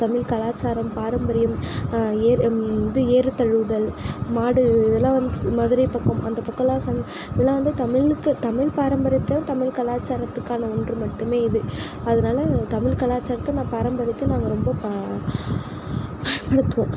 தமிழ் கலாச்சாரம் பாரம்பரியம் ஏற் இது ஏறுதழுவுதல் மாடு இதெல்லாம் மதுரை பக்கம் அந்த பக்கம்லாம் இதெல்லாம் வந்து தமிழுக்கு தமிழ் பாரம்பரியத்துக்கான தமிழ் கலாச்சாரத்துக்கான ஒன்று மட்டுமே இது அதனால தமிழ் கலாச்சாரத்த நான் பாரம்பரியத்தை நாங்கள் ரொம்ப பயன்படுத்துவோம்